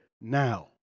now